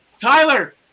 Tyler